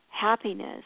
happiness